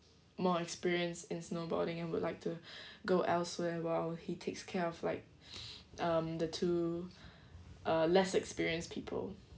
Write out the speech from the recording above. more experience in snowboarding and would like to go elsewhere while he takes care of like um the two uh less experienced people